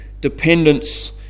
dependence